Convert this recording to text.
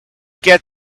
get